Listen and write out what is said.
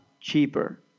cheaper